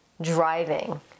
driving